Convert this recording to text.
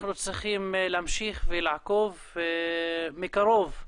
אנחנו צריכים להמשיך ולעקוב מקרוב.